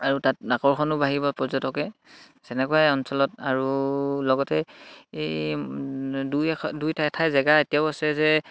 আৰু তাত আকৰ্ষণো বাঢ়িব পৰ্যটকে তেনেকুৱাই অঞ্চলত আৰু লগতে এই দুই এখ দুই এঠাই জেগা এতিয়াও আছে যে